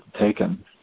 taken